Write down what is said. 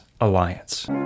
Alliance